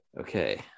Okay